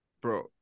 bro